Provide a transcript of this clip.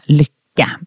lycka